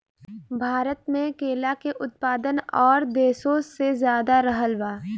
भारत मे केला के उत्पादन और देशो से ज्यादा रहल बा